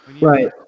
right